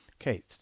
Okay